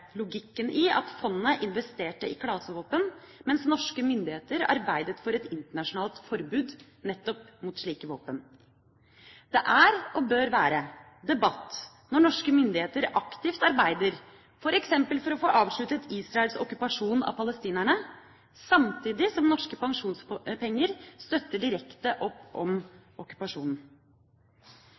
logikken i at fondet investerte i klasevåpen, mens norske myndigheter arbeidet for et internasjonalt forbud nettopp mot slike våpen. Det er – og bør være – debatt når norske myndigheter aktivt arbeider for f.eks. å få avsluttet Israels okkupasjon av palestinerne, samtidig som norske pensjonspenger støtter direkte opp om okkupasjonen.